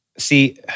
See